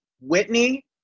whitney